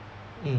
mm